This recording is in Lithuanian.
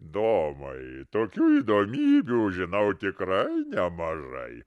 domai tokių įdomybių žinau tikrai nemažai